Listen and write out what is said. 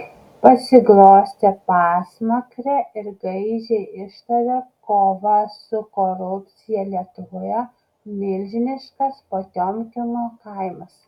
pasiglostė pasmakrę ir gaižiai ištarė kova su korupcija lietuvoje milžiniškas potiomkino kaimas